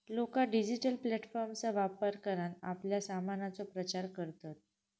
लोका डिजिटल प्लॅटफॉर्मचा वापर करान आपल्या सामानाचो प्रचार करतत